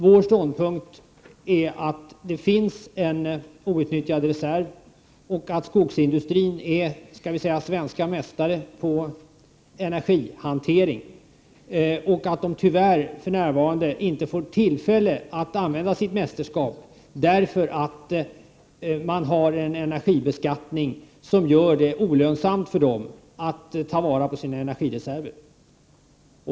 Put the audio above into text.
Vår ståndpunkt är att det finns en outnyttjad reserv och att skogsindustrin är, skall vi säga, svenska mästare på energihantering. Tyvärr får industrin för närvarande inte tillfälle att använda sitt mästerskap, eftersom energibeskattningen gör det olönsamt för industrin att ta vara på sina energireserver.